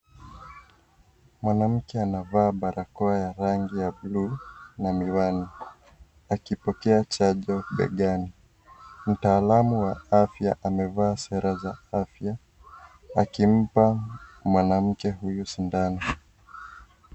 Mwanamke anavaa barakoa ya rangi ya buluu na miwani. Akipokea chanjo begani. Mtaalam wa afya amevaa sare za afya, akimpa mwanamke huyu sindano.